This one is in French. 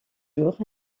jours